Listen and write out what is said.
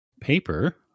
paper